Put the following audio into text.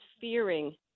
fearing